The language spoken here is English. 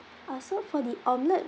uh so for the omelette